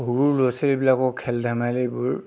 সৰু ল'ৰা ছোৱালীবিলাকৰ খেল ধেমালিবোৰ